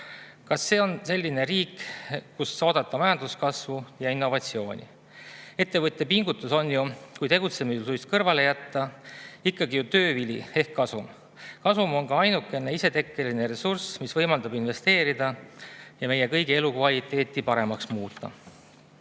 Kas see on selline riik, kus oodata majanduskasvu ja innovatsiooni? Ettevõtja pingutuse [tulemus] on ju, kui tegutsemislust kõrvale jätta, ikkagi töö vili ehk kasum. Kasum on ainukene isetekkeline ressurss, mis võimaldab investeerida ja meie kõigi elukvaliteeti paremaks muuta.